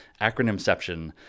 acronymception